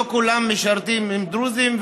לא כולם משרתים עם דרוזים,